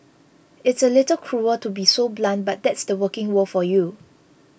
it's a little cruel to be so blunt but that's the working world for you